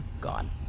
Gone